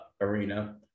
arena